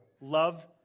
love